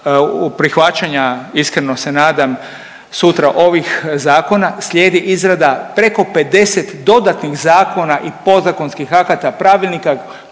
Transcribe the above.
prihvaćanja iskreno se nadam sutra ovih zakona slijedi izrada preko 50 dodatnih zakona i podzakonskih akata, pravilnika